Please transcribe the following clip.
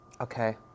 okay